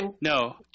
No